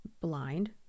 blind